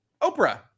Oprah